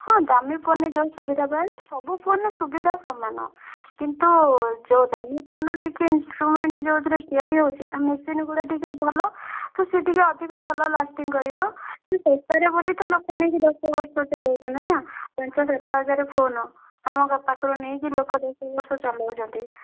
ହଁ ଦାମୀ ଫୋନ୍ରେ ଯୋଉ ସୁବିଧା ପାଇବେ ସବୁ ଫୋନ୍ରେ ସୁବିଧା ସମାନ କିନ୍ତୁ ଯେଉଁ ଦାମୀ ଫୋନ୍ ଟିକିଏ ଇନଷ୍ଟ୍ରୁମେଣ୍ଟ ଯେଉଁଥିରେ ତିଆରି ହେଉଛି ତା ମେସିନ୍ଗୁଡ଼ା ଟିକିଏ ଭଲ ତ ସିଏ ଟିକିଏ ଅଧିକ ଭଲ ଲାଷ୍ଟିଂ କରିବ କିନ୍ତୁ ଶସ୍ତାରେ ବୋଲି ତ ଲୋକ ନେଇକି ଦଶ ବର୍ଷ ଚଲାଉଛନ୍ତି ନା ପାଞ୍ଚ ସାତ ହଜାର ଫୋନ୍ ଆମ ପାଖରୁ ନେଇକି ଲୋକ ଦଶ ବର୍ଷ ଚଲାଉଛନ୍ତି